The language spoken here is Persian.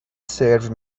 سرو